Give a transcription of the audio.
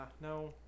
no